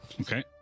Okay